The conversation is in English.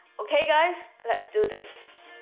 okay guys. let's do this